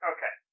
Okay